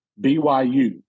BYU